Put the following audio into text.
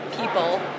people